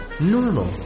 Normal